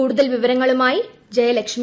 കൂടുതൽ വിവരങ്ങളുമായി ജയലക്ഷ്മി